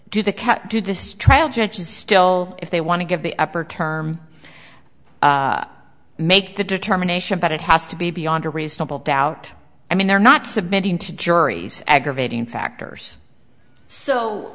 did this trial judges still if they want to give the upper term make the determination but it has to be beyond a reasonable doubt i mean they're not submitting to juries aggravating factors so